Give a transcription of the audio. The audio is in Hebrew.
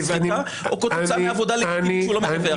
מסחיטה או כתוצאה מעבודה שהוא לא מדווח עליה?